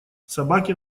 собаки